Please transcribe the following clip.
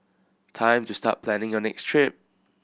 time to start planning a next trip